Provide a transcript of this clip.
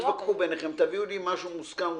תתווכחו ביניכם, ותביאו לי משהו מוסכם ומוסדר.